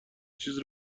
چیز